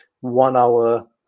one-hour